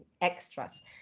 extras